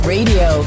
Radio